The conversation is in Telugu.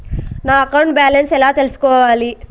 నా అకౌంట్ బ్యాలెన్స్ ఎలా తెల్సుకోవాలి